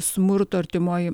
smurto artimoj